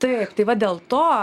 taip tai va dėl to